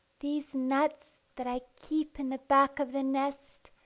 these nuts, that i keep in the back of the nest,